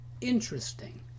Interesting